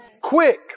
Quick